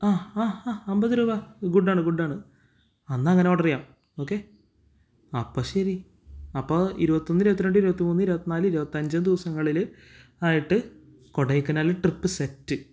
ആ ആ ആ അമ്പത് രൂപ ഗുഡ് ആണ് ഗുഡ് ആണ് എന്നാൽ അങ്ങനെ ഓർഡർ ചെയ്യാം ഓക്കെ അപ്പോൾ ശരി അപ്പോൾ ഇരുപത്തൊന്ന് ഇരുപത്തിരണ്ട് ഇരുപത്തിമൂന്ന് ഇരുപത്തിനാല് ഇരുപത്തഞ്ചും ദിവസങ്ങളിൽ ആയിട്ട് കൊടൈക്കനാൽ ട്രിപ്പ് സെറ്റ്